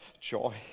joy